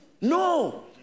no